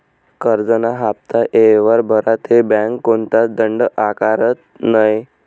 करजंना हाफ्ता येयवर भरा ते बँक कोणताच दंड आकारत नै